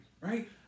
right